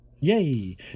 Yay